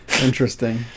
Interesting